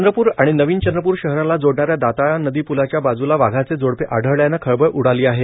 चंद्रपूर आणि नवीन चंद्रपूर शहराला जोडणाऱ्या दाताळा नदी प्लाच्या बाजूला वाघाचे जोडपे आढळल्याने खळबळ उडाली आहे